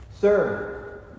Sir